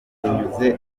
binyuze